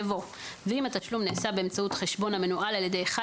יבוא "ואם התשלום נעשה באמצעות חשבון המנוהל על ידי אחד